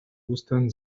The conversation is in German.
ostern